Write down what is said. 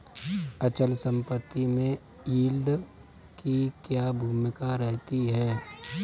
अचल संपत्ति में यील्ड की क्या भूमिका रहती है?